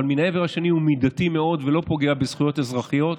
אבל מהעבר השני הוא מידתי מאוד ולא פוגע בזכויות אזרחיות,